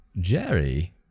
Jerry